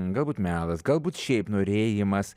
galbūt melas galbūt šiaip norėjimas